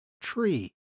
tree